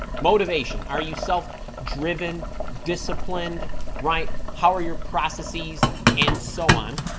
motivation are you self driven disciplined right how are your processes and so on